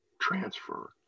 transfer